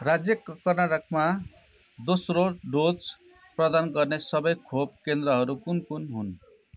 राज्य कर्नाटकमा दोस्रो डोज प्रदान गर्ने सबै खोप केन्द्रहरू कुन कुन हुन्